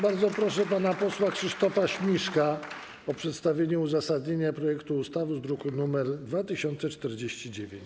Bardzo proszę pana posła Krzysztofa Śmiszka o przedstawienie uzasadnienia projektu ustawy z druku nr 2049.